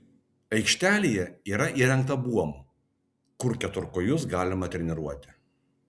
aikštelėje yra įrengta buomų kur keturkojus galima treniruoti